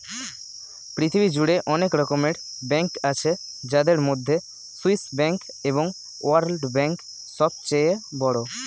পৃথিবী জুড়ে অনেক রকমের ব্যাঙ্ক আছে যাদের মধ্যে সুইস ব্যাঙ্ক এবং ওয়ার্ল্ড ব্যাঙ্ক সবচেয়ে বড়